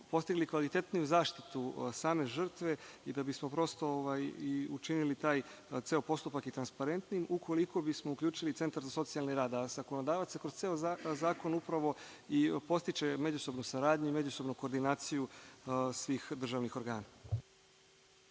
postigli kvalitetniju zaštitu same žrtve i da bismo prosto učinili taj postupak i transparentnim, ukoliko bismo uključili centar za socijalni rad. Zakonodavac kroz ceo zakon upravo i podstiče međusobnu saradnju i međusobnu koordinaciju svih državnih organa.